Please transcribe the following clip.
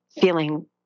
feeling